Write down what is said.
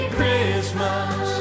Christmas